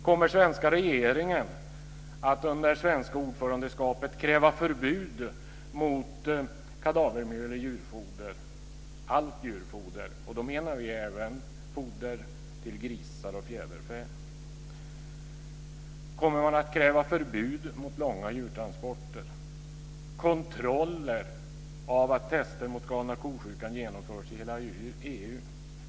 Kommer svenska regeringen att under det svenska ordförandeskapet kräva förbud mot kadavermjöl i allt djurfoder? Då menar jag även foder till grisar och fjärderfä. Kommer vi att kräva förbud mot långa djurtansporter och kontroller av att test mot galna ko-sjukan genomförs i hela EU?